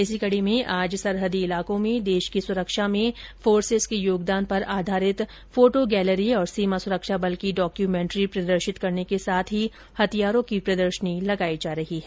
इसी कड़ी में आज सरहदी इलाकों में देश की सुरक्षा में फोर्सेज के योगदान पर आधारित फोटो गैलेरी और सीमा सुरक्षा बल की डाक्यूमेट्री प्रदर्शित करने के साथ हथियारों की प्रदर्शनी लगाई जा रही है